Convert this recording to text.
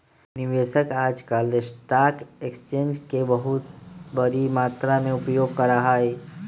निवेशक आजकल stock exchange के बहुत बडी मात्रा में उपयोग करा हई